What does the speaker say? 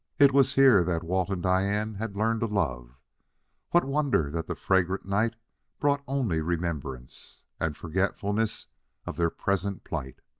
it was here that walt and diane had learned to love what wonder that the fragrant night brought only remembrance, and forgetfulness of their present plight.